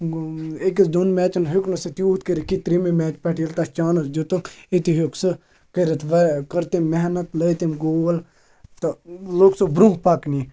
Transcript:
أکِس دۄن میچَن ہیوٚک نہٕ سُہ تیوٗت کٔرِتھ کیٚنٛہہ ترٛیٚیِمہِ میچ پٮ۪ٹھ ییٚلہِ تَتھ چانَس دِتُکھ أتی ہیوٚک سُہ کٔرِتھ واریاہ کٔر تٔمۍ محنت لٲگۍ تٔمۍ گول تہٕ لوٚگ سُہ برٛۄنٛہہ پَکنہِ